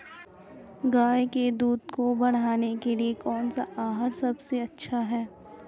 गाय के दूध को बढ़ाने के लिए कौनसा आहार सबसे अच्छा है?